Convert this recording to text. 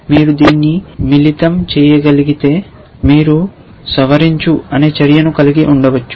మీరు దీన్ని మిళితం చేయగలిగితే మీరు సవరించు అనే చర్యను కలిగి ఉండవచ్చు